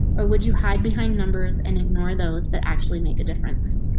or would you hide behind numbers an ignore those that actually make a difference?